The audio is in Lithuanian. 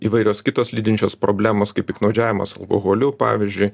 įvairios kitos lydinčios problemos kaip piktnaudžiavimas alkoholiu pavyzdžiui